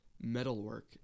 metalwork